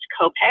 copay